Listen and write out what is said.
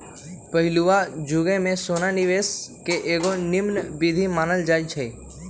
पहिलुआ जुगे से सोना निवेश के एगो निम्मन विधीं मानल जाइ छइ